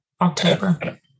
October